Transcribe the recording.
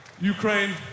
Ukraine